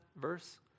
verse